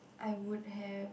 I would have